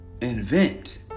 Invent